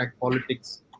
politics